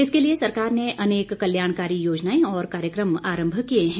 इसके लिए सरकार ने अनेक कल्याणकारी योजनाएं और कार्यक्रम आरंभ किए हैं